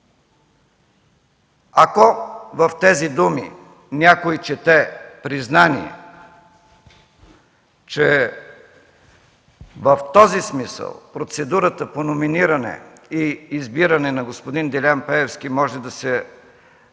Ако в тези думи някой чете признание, че в този смисъл процедурата по номиниране и избиране на господин Делян Пеевски, че това